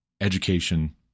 education